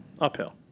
Uphill